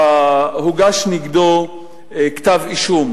הוגש נגדו כתב-אישום,